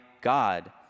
God